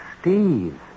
Steve